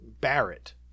Barrett